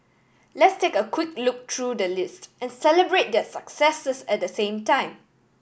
let's take a quick look through the list and celebrate their successes at the same time